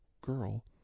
girl